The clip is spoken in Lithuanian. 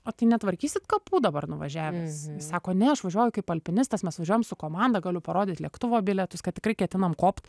o tai netvarkysit kapų dabar nuvažiavęs jis sako ne aš važiuoju kaip alpinistas mes važiuojam su komanda galiu parodyt lėktuvo bilietus kad tikrai ketinam kopt